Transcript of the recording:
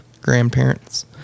grandparents